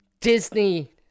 Disney